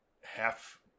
half